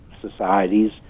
societies